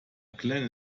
glenn